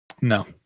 No